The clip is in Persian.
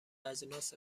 اجناس